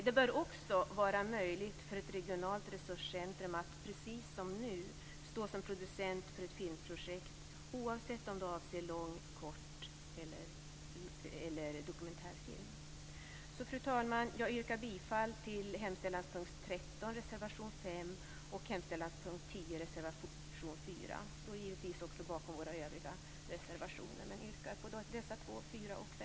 Det bör också vara möjligt för ett regionalt resurscentrum att, precis som nu, stå som producent för ett filmprojekt oavsett om det avser lång-, kort eller dokumentärfilm. Fru talman! Jag yrkar bifall till reservation 5 under mom. 13 och till reservation 4 under mom. 10. Jag står givetvis också bakom våra övriga reservationer men yrkar bifall till dessa två.